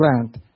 plant